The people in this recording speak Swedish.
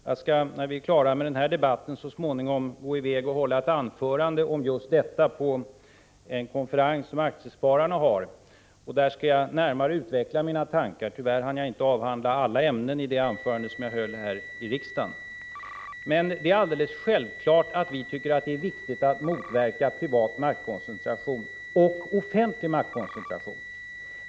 När vi är klara med den här debatten skall jag hålla ett anförande om just detta vid en konferens som aktiespararna håller. Där skall jag närmare utveckla mina tankar. Tyvärr hann jag inte avhandla alla ämnen i mitt anförande här i riksdagen. Det är självklart att vi tycker att det är viktigt att motverka privat maktkoncentration, och offentlig maktkoncentration.